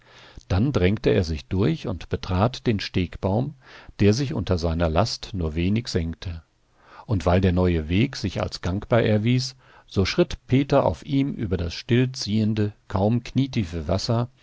dann drängte er sich durch und betrat den stegbaum der sich unter seiner last nur wenig senkte und weil der neue weg sich als gangbar erwies so schritt peter auf ihm über das still ziehende kaum knietiefe wasser